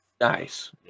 Nice